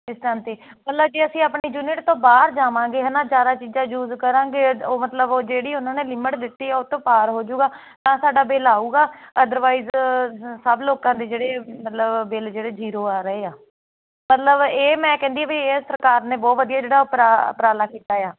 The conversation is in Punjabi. ਇਸ ਟਾਈਮ 'ਤੇ ਮਤਲਬ ਕਿ ਅਸੀਂ ਆਪਣੀ ਯੂਨਿਟ ਤੋਂ ਬਾਹਰ ਜਾਵਾਂਗੇ ਹੈ ਨਾ ਜਿਆਦਾ ਚੀਜ਼ਾਂ ਯੂਜ ਕਰਾਂਗੇ ਉਹ ਮਤਲਬ ਉਹ ਜਿਹੜੀ ਉਹਨਾਂ ਨੇ ਲਿਮਿਟ ਦਿੱਤੀ ਆ ਉਹਤੋਂ ਪਾਰ ਹੋ ਜਾਊਗਾ ਤਾਂ ਸਾਡਾ ਬਿੱਲ ਆਊਗਾ ਅਦਰਵਾਈਜ਼ ਸਭ ਲੋਕਾਂ ਦੇ ਜਿਹੜੇ ਮਤਲਬ ਬਿੱਲ ਜਿਹੜੇ ਜੀਰੋ ਆ ਰਹੇ ਆ ਮਤਲਬ ਇਹ ਮੈਂ ਕਹਿੰਦੀ ਹਾਂ ਵੀ ਇਹ ਸਰਕਾਰ ਨੇ ਬਹੁਤ ਵਧੀਆ ਜਿਹੜਾ ਉਪਰਾ ਉਪਰਾਲਾ ਕੀਤਾ ਆ